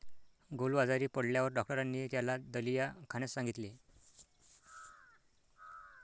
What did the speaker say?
गोलू आजारी पडल्यावर डॉक्टरांनी त्याला दलिया खाण्यास सांगितले